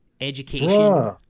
education